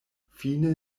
fine